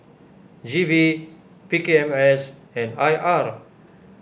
G V P K M S and I R